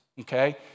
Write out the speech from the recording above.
Okay